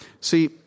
See